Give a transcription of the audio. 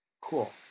cool